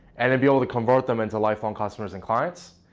and to be able to convert them into lifelong customers and clients?